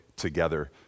together